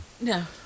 No